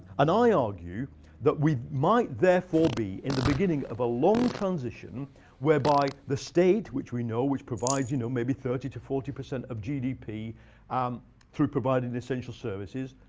and i argue that we might therefore be in the beginning of a long transition whereby the state which we know, which provides you know maybe thirty percent to forty percent of gdp um through providing essential services,